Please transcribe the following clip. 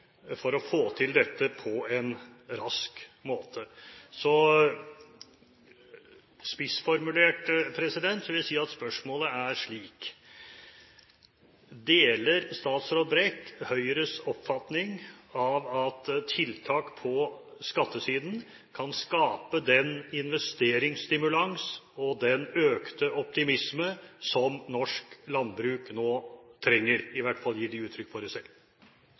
for å få til dette på en rask måte. Så spissformulert vil jeg si at spørsmålet er slik: Deler statsråd Brekk Høyres oppfatning av at tiltak på skattesiden kan skape den investeringsstimulans og den økte optimisme som norsk landbruk nå trenger? De gir i hvert fall uttrykk for det selv.